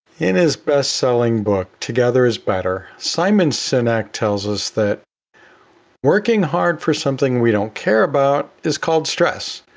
in his best selling book together is better. simon sinek tells us that working hard for something we don't care about is called stress.